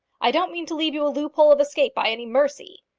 i don't mean to leave you a loop-hole of escape by any mercy.